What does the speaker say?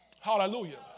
Hallelujah